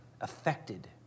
affected